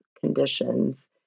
conditions